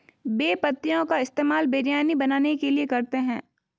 बे पत्तियों का इस्तेमाल बिरयानी बनाने के लिए करते हैं